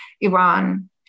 Iran